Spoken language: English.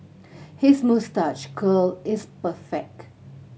his moustache curl is perfect